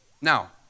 Now